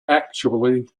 actually